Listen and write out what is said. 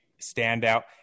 standout